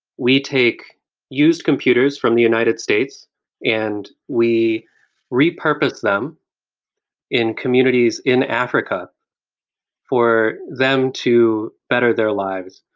we take used computers from the united states and we repurpose them in communities in africa for them to better their lives.